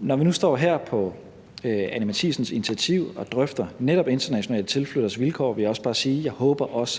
Når vi nu står her på Anni Matthiesens initiativ og drøfter netop internationale tilflytteres vilkår, vil jeg også bare sige, at jeg også